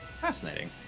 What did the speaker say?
Fascinating